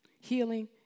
Healing